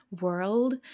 world